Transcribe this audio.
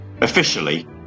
Officially